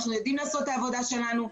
אנחנו יודעים לעשות את העבודה שלנו.